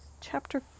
chapter